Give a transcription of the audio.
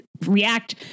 react